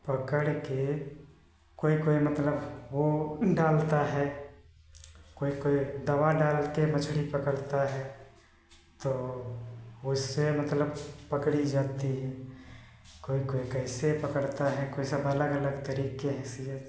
पकड़ के कोई कोई मतलब वो डालता है कोई कोई दवा डाल के मछली पकड़ता है तो वैसे मतलब पकड़ी जाती है कोई कोई कइसे पकड़ता है कोई सब अलग अलग तरीके ही से